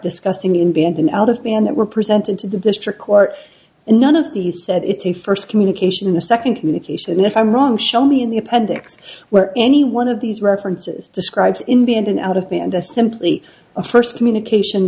discussing the inventing out of band that were presented to the district court and none of these said it's the first communication the second communication if i'm wrong show me in the appendix where any one of these references describes in the end an out of band a simply a first communication